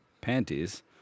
panties